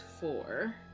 four